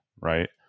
right